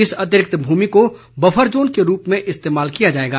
इस अतिरिक्त भूमि को बफर जोन के रूप में इस्तेमाल किया जाएगा